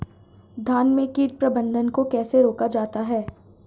धान में कीट प्रबंधन को कैसे रोका जाता है?